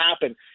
happen